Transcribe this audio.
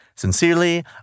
sincerely